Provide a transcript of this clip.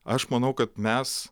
aš manau kad mes